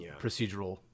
procedural